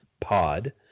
Pod